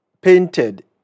painted